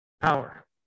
power